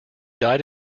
died